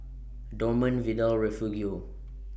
Dorman Vidal Refugio